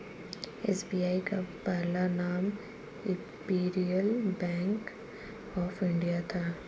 SBI का पहला नाम इम्पीरीअल बैंक ऑफ इंडिया था